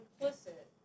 implicit